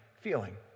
feeling